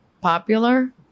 popular